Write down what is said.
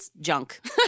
junk